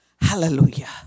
Hallelujah